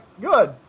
good